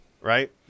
right